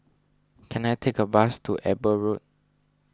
can I take a bus to Eber Road